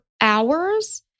hours